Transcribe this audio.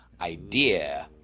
idea